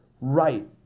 right